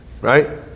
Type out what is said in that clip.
right